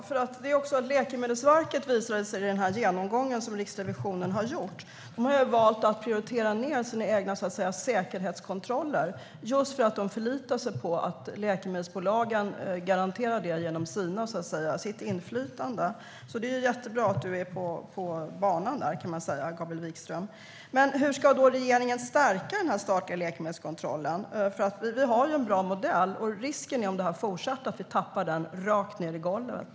Herr talman! Vad bra! I den genomgång som Riksrevisionen har gjort visade det sig att Läkemedelsverket har valt att prioritera ned sina egna säkerhetskontroller för att de förlitar sig på att läkemedelsbolagen garanterar dem genom sitt inflytande. Det är jättebra att du är på banan där, Gabriel Wikström. Hur ska då regeringen stärka den statliga läkemedelskontrollen? Vi har en bra modell, men om detta fortsätter är risken att vi tappar den rakt ned i golvet.